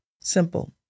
Simple